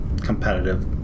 competitive